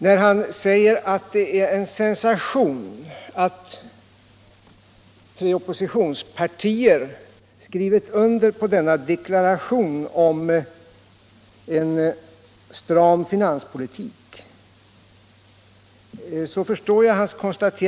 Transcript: Finansministern säger att det är en sensation att tre oppositionspartier skrivit under på denna deklaration om en stram finanspolitik.